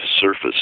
surface